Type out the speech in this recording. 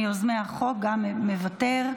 מיוזמי החוק, מוותר.